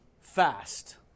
fast